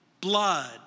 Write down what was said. blood